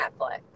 Netflix